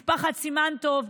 משפחת סימן טוב,